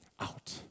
out